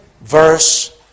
verse